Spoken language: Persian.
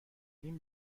این